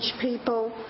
people